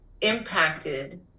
impacted